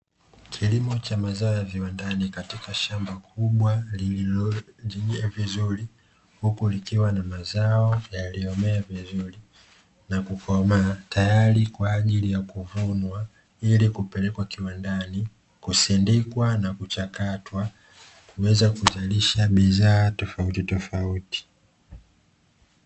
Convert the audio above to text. Kilimo cha mazao ya viwandani katika shamba kubwa, lililolimwa vizuri huku likiwa na mazao yaliyomea vizuri na kukomaa. Tayari kwa ajili ya kuvunwa ili kupelekwa kiwandani, kusindikwa na kuchakatwa kuweza kuzalisha bidhaa tofautitofauti.